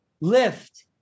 lift